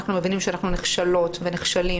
אנחנו מבינים שאנחנו נכשלות ונכשלים.